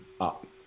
up